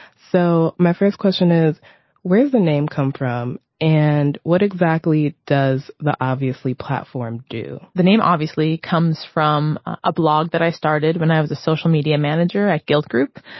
so my first question is where is the name come from and what exactly does the obviously platform do the name obviously comes from a blog that i started when i was a social media manager at gilt groupe.